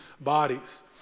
bodies